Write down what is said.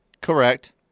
Correct